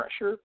pressure